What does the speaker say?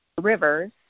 rivers